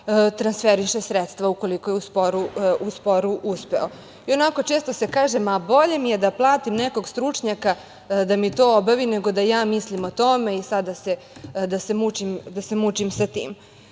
transferiše sredstva ukoliko je u sporu uspeo. Često se kaže - ma bolje mi je da platim nekog stručnjaka da mi to obavi, nego da ja mislim o tome i sada da se mučim sa tim.